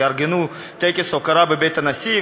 יארגנו טקס הוקרה בבית הנשיא,